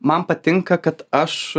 man patinka kad aš